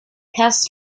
passed